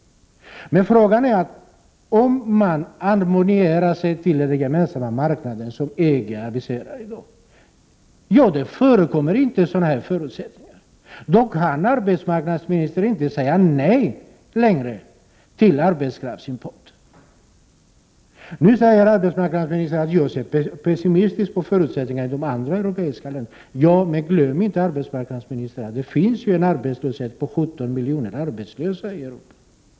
Men frågan är hur det blir om Sverige harmoniserar sig med den gemensamma marknad som EG i dag aviserar, där det inte förekommer sådana förutsättningar. Då kan arbetsmarknadsministern inte längre säga nej till arbetskraftsimport. Nu säger arbetsmarknadsministern att jag ser pessimistiskt på förutsättningarna i de andra europeiska länderna. Ja, men glöm inte att det finns 17 miljoner arbetslösa i Europa!